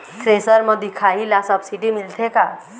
Thresher म दिखाही ला सब्सिडी मिलथे का?